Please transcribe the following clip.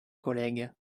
collègue